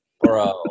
Bro